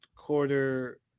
quarter